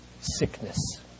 sickness